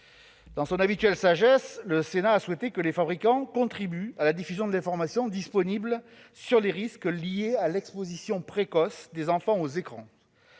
Dans son habituelle sagesse, le Sénat a souhaité que les fabricants contribuent à la diffusion de l'information disponible sur les risques liés à l'exposition précoce des enfants aux écrans.